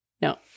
No